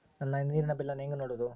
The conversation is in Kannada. ನನ್ನ ನೇರಿನ ಬಿಲ್ಲನ್ನು ಹೆಂಗ ನೋಡದು?